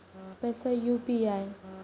पैसा यू.पी.आई?